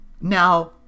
Now